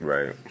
Right